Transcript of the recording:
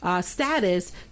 status